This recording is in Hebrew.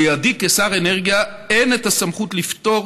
בידי כשר אנרגיה אין את הסמכות לפטור